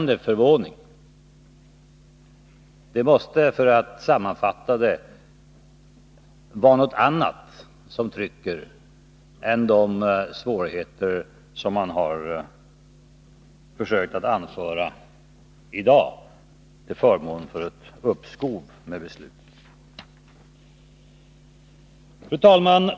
Det måste, för att sammanfatta det, vara något annat som trycker än de svårigheter som man i dag försökt anföra till förmån för ett uppskov med beslutet. Fru talman!